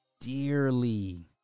dearly